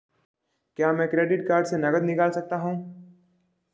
क्या मैं credit card से नकद निकाल सकता हूँ?